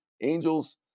Angels